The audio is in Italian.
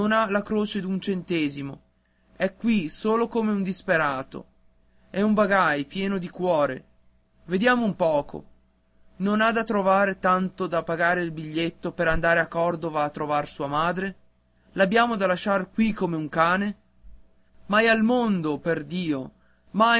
la croce d'un centesimo è qui solo come un disperato è un bagai pieno di cuore vediamo un poco non ha da trovar tanto da pagare il biglietto per andare a cordova a trovar sua madre l'abbiamo da lasciar qui come un cane mai al mondo perdio mai